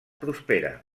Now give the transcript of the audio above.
prospera